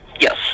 Yes